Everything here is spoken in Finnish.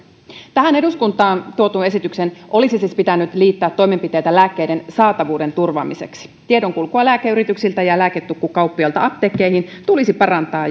tähän eduskuntaan tuotuun esitykseen olisi siis pitänyt liittää toimenpiteitä lääkkeiden saatavuuden turvaamiseksi tiedonkulkua lääkeyrityksiltä ja lääketukkukauppiailta apteekkeihin tulisi parantaa